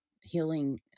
healing